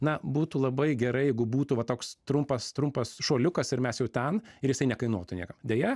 na būtų labai gerai jeigu būtų va toks trumpas trumpas šuoliukas ir mes jau ten ir jisai nekainuotų niekam deja